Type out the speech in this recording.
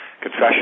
confession